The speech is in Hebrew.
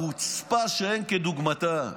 חוצפה שאין כדוגמתה.